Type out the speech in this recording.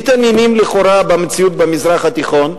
מתעניינים לכאורה במציאות במזרח התיכון,